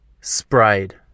sprayed